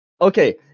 okay